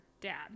dad